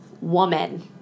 Woman